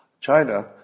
China